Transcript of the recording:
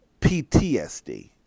PTSD